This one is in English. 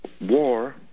War